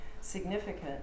significant